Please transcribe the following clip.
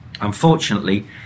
Unfortunately